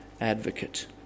advocate